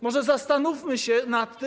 Może zastanówmy się nad tym.